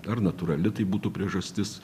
ar natūrali tai būtų priežastis